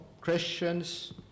Christians